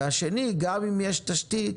הנקודה השנייה היא שגם אם יש תשתית